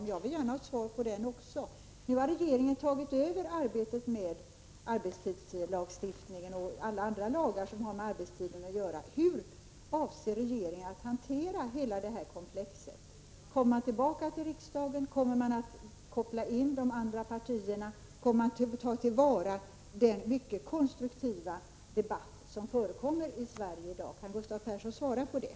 Men jag vill också gärna ha ett svar på den frågan. Nu har regeringen tagit över arbetet med arbetstidslagstiftningen och alla andra lagar som har med arbetstiden att göra. Hur avser regeringen att hantera hela detta komplex? Kommer man tillbaka till riksdagen, kommer man att koppla in de andra partierna, kommer man att ta till vara den mycket konstruktiva debatt som förekommer i Sverige i dag? Kan Gustav Persson svara på det?